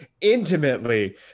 intimately